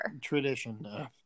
tradition